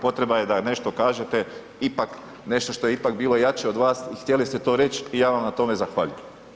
Potreba je da nešto kažete ipak nešto što je ipak bilo jače od vas, htjeli ste to reći i ja vam na tome zahvaljujem.